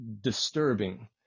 disturbing